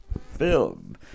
film